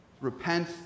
Repent